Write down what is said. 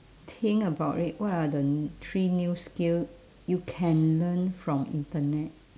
think about it what are the n~ three new skill you can learn from internet